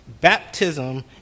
baptism